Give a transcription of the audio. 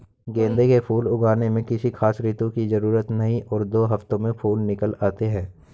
गेंदे के फूल उगाने में किसी खास ऋतू की जरूरत नहीं और दो हफ्तों में फूल निकल आते हैं